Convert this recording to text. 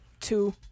two